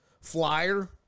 Flyer